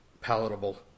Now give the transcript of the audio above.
palatable